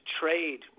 trade